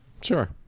sure